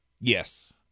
Yes